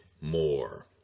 more